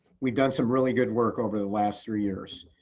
we've done some really good work over the last three years.